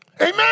amen